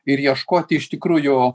ir ieškoti iš tikrųjų